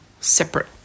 separate